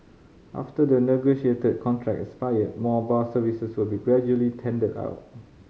after the negotiated contracts expire more bus services will be gradually tendered out